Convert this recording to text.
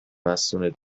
مستونت